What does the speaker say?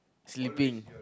sleeping